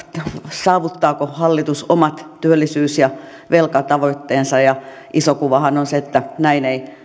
saavuttaako hallitus omat työllisyys ja velkatavoitteensa ja iso kuvahan on se että näin ei